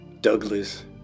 douglas